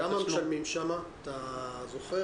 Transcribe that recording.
כמה משלמים שם אתה זוכר?